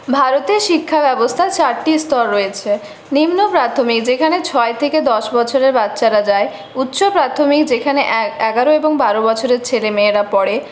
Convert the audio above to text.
ভারতের শিক্ষা ব্যবস্থার চারটি স্তর রয়েছে নিম্ন প্রাথমিক যেখানে ছয় থেকে দশ বছরের বাচ্চারা যায় উচ্চ প্রাথমিক যেখানে এগারো এবং বারো বছরের ছেলেমেয়েরা পড়ে